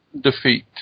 defeat